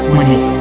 Money